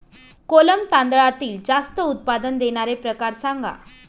कोलम तांदळातील जास्त उत्पादन देणारे प्रकार सांगा